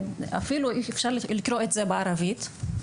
אפשר לקרוא את זה בערבית,